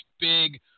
big